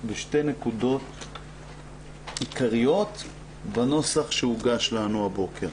בשתי נקודות עיקריות בנוסח שהוגש לנו הבוקר.